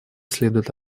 следует